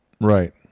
Right